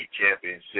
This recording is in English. championship